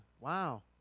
Wow